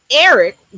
Eric